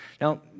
Now